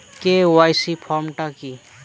KYC form টা কি?